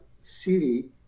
city